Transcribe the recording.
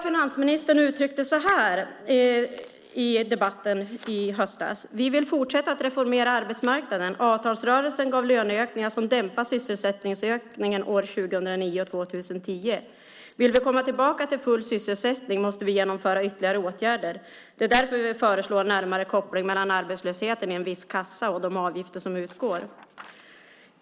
Finansministern har uttryckt det så här i budgetdebatten i höstas: "Vi vill fortsätta att reformera arbetsmarknaden. Avtalsrörelsen gav löneökningar som dämpar sysselsättningsökningen år 2009 och 2010. Vill vi komma tillbaka till full sysselsättning måste vi genomföra ytterligare åtgärder. - Det är därför vi föreslår en närmare koppling mellan arbetslösheten i en viss kassa och de avgifter som utgår."